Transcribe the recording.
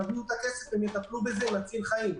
תביאו את הכסף, הם יטפלו בזה ונציל חיים.